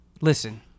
Listen